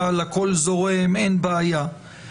והכול זורם ואין בעיה בכל הקשור לקבורה אורתודוקסית.